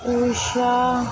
उषा